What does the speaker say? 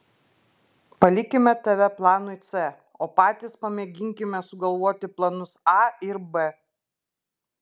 palikime tave planui c o patys pamėginkime sugalvoti planus a ir b